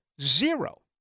Zero